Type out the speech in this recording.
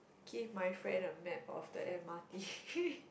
give my friend the map of the m_r_t